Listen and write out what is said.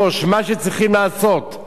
זה כן לשים אותם